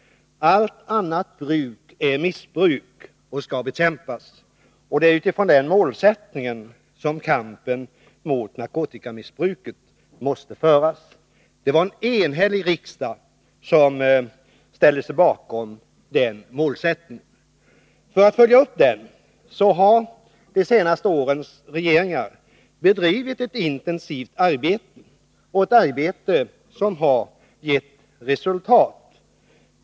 Allt annat bruk är missbruk och skall bekämpas. Det är utifrån den målsättningen, som en enhällig riksdag ställde sig bakom, som kampen mot narkotikamissbruket måste föras. För att följa upp denna målsättning har de senaste årens regeringar bedrivit ett intensivt arbete, ett arbete som har gett resultat.